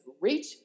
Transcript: reach